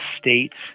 states